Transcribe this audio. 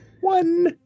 One